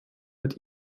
mit